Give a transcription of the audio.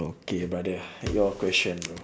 okay brother your question bro